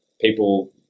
people